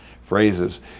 phrases